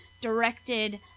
directed